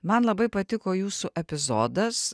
man labai patiko jūsų epizodas